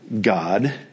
God